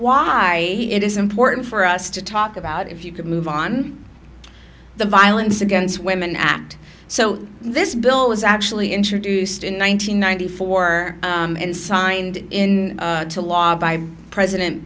why it is important for us to talk about if you could move on the violence against women act so this bill was actually introduced in one nine hundred ninety four and signed in to law by president